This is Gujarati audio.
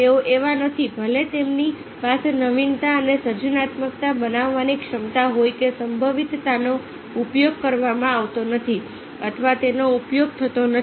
તેઓ એવા નથી ભલે તેમની પાસે નવીનતા અને સર્જનાત્મકતા બનાવવાની ક્ષમતા હોય કે સંભવિતતાનો ઉપયોગ કરવામાં આવતો નથી અથવા તેનો ઉપયોગ થતો નથી